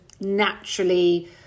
naturally